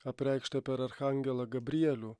apreikštą per arhangelą gabrielių